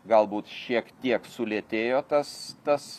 galbūt šiek tiek sulėtėjo tas tas